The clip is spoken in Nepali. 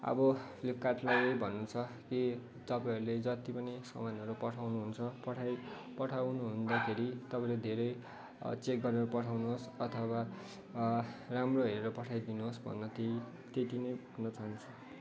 अब फ्लिपकार्टलाई भन्नु छ कि तपाईँहरूले जति पनि सामानहरू पठाउनुहुन्छ पठाई पठाउनु हुँदाखेरि तपाईँले धेरै चेक गरेर पठाउनुहोस् अथवा राम्रो हेरेर पठाइदिनु होस् भन्न ती त्यति नै भन्न चाहन्छु